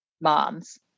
moms